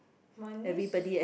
my niece